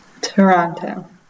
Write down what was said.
Toronto